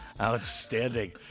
Outstanding